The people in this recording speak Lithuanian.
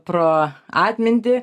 pro atmintį